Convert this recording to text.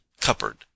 cupboard